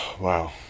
Wow